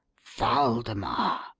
waldemar!